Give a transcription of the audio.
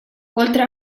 oltre